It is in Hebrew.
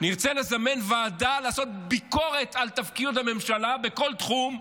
נרצה לזמן ועדה לעשות ביקורת על תפקוד הממשלה בכל תחום,